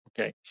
Okay